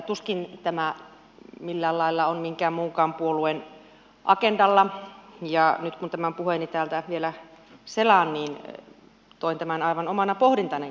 tuskin tämä millään lailla on minkään muunkaan puolueen agendalla ja nyt kun tämän puheeni täältä vielä selaan niin toin tämän aivan omana pohdintanani